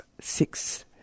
Six